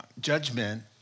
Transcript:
judgment